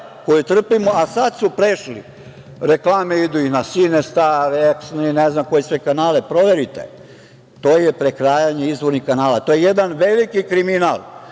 koju trpimo. Sada su prešli, reklame idu i na Sinestar, i ne znam koje sve kanale, proverite. To je prekrajanje izvornih kanala. To je jedan veliki kriminal. Neka